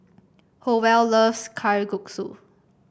Howell loves Kalguksu